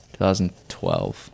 2012